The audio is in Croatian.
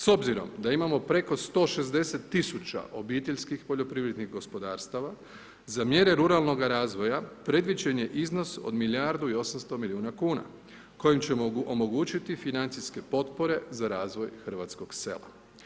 S obzirom da imamo preko 160.000 obiteljskih poljoprivrednih gospodarstava za mjere ruralnoga razvoja predviđen je iznos od milijardu i 800 milijuna kuna, kojim ćemo omogućiti financijske potpore za razvoj hrvatskog sela.